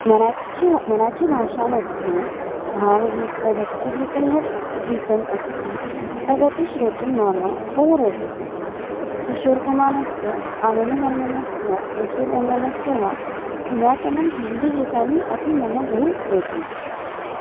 मराठि मराठिभाषामध्ये भावगीतं भक्तिगीतं यद् गीतम् अस्ति तदपि श्रोतुं मम बहु रोचते किशोरकुमारस्य आनने वर्मणस्य एस् डी वर्मणस्य वा पुरातनं हिन्दीगीतानि अपि मम बहु रोचन्ते